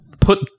put